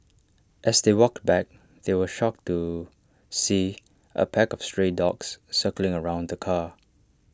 as they walked back they were shocked to see A pack of stray dogs circling around the car